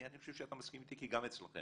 אני חושב שאתה מסכים איתי כי גם אצלכם